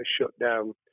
shutdown